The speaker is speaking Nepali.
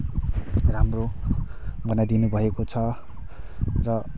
राम्रो बनाइदिनु भएको छ र